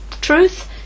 truth